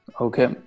Okay